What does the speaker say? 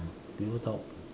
people talk